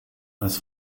als